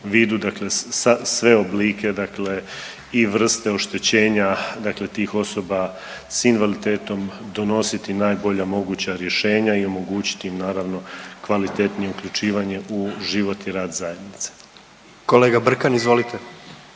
dakle sve oblike dakle i vrste oštećenja dakle tih osoba s invaliditetom donositi najbolja moguća rješenja i omogućiti im naravno kvalitetnije uključivanje u život i rad zajednice. **Jandroković,